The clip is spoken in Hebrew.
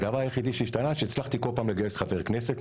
הדבר היחיד שהשתנה הוא שהצלחתי כל פעם לגייס חבר כנסת,